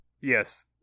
yes